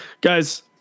guys